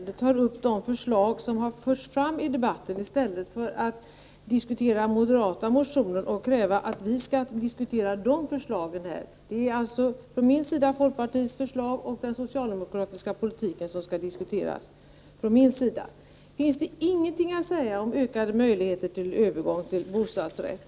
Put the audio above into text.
Herr talman! Jag förstår inte varför Hans Gustafsson i sina repliker hellre diskuterar moderata motioner och kräver att vi skall diskutera dem här än han tar upp de förslag som har förts fram i debatten. För min del är det folkpartiets förslag och den socialdemokratiska politiken som skall diskuteras. Finns det ingenting att säga om ökade möjligheter till övergång till bostadsrätt?